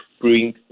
bring